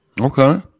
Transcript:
Okay